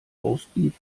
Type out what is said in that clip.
roastbeef